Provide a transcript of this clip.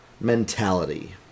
mentality